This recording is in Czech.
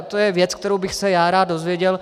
To je věc, kterou bych se já rád dozvěděl.